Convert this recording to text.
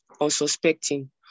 unsuspecting